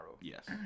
Yes